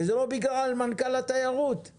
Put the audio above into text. ולא בגלל מנכ"ל משרד התיירות,